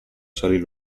salì